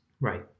Right